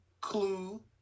Clue